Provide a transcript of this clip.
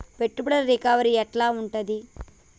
పెట్టుబడుల రికవరీ ఎట్ల ఉంటది?